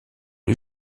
les